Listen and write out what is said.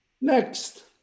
Next